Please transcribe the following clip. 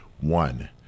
one